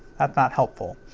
that's not helpful.